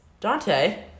Dante